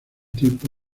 tiempo